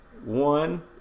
One